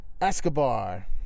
Escobar